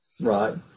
Right